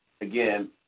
again